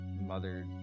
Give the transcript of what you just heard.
mother